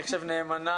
אני חושב נאמנה,